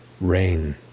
rain